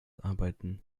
arbeiten